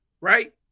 right